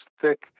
thick